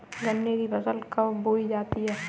गन्ने की फसल कब बोई जाती है?